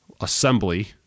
assembly